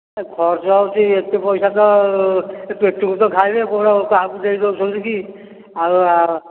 ଖର୍ଚ୍ଚ ହେଉଛି ଏତେ ପଇସା ତ ଏ ପେଟକୁ ତ ଖାଇବେ କ'ଣ କାହାକୁ ଦେଇଦଉଛନ୍ତି କି ଆଉ